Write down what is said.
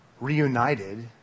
reunited